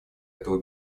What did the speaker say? этого